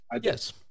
Yes